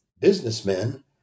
businessmen